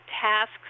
tasks